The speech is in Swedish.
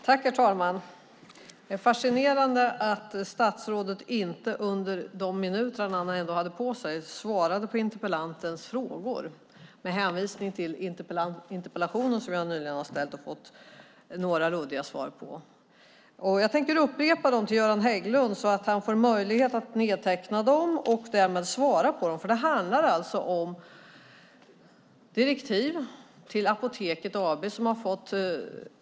Herr talman! Det är fascinerande att statsrådet under de minuter han hade på sig inte svarade på interpellantens frågor med hänvisning till interpellationen som jag nyligen har ställt och fått några luddiga svar på. Jag tänker upprepa dem till Göran Hägglund, så att han får möjlighet att nedteckna dem och därmed svara på dem. Det handlar om direktiv till Apoteket AB.